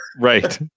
Right